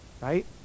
right